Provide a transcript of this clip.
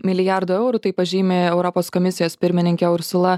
milijardo eurų tai pažymi europos komisijos pirmininkė ir ursula